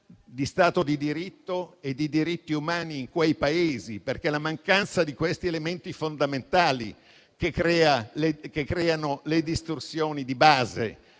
di Stato di diritto e di diritti umani in quei Paesi. È la mancanza di questi elementi fondamentali a creare le distorsioni di base